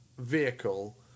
Vehicle